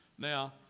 Now